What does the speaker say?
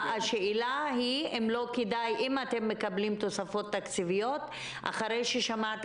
השאלה היא האם אתם מקבלים תוספות תקציביות אחרי ששמעת